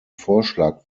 vorschlag